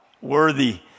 worthy